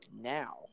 now